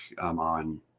on